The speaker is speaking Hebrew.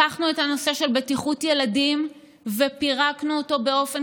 לקחנו את הנושא של בטיחות ילדים ופירקנו אותו באופן